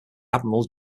admiral